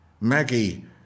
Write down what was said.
Maggie